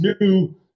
new